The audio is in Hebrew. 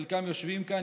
חלקם יושבים כאן,